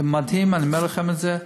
זה מדהים, אני אומר לכם את זה.